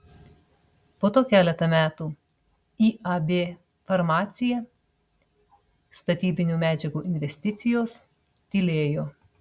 po to keletą metų iab farmacija statybinių medžiagų investicijos tylėjo